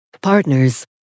partners